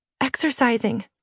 Exercising